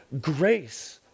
grace